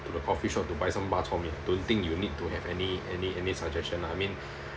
to the coffee shop to buy some bak chor mee don't think you need to have any any any suggestion lah I mean